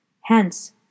Hence